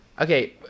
Okay